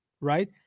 right